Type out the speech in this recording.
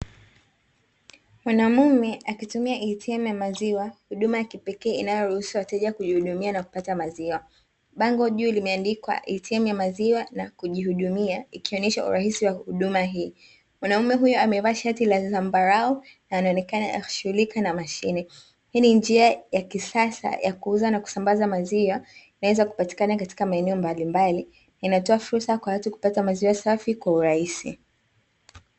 Mwanamume akitumia "ATM ya maziwa", huduma ya kipekee inayoruhusu wateja kujihudumia na kupata maziwa, bango juu limeandikwa "ATM ya maziwa na kujihudumia" ikionyesha urahisi wa huduma hii. Mwanaume huyo amevaa shati la Zambarau na anaonekana akishughulika na mashine. Hii ni njia ya kisasa ya kuuza na kusambaza maziwa, inaweza kupatikana katika maeneo mbalimbali; inatoa fursa kwa watu kupata maziwa safi kwa urahisi.